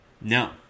No